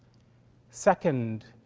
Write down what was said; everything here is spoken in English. second,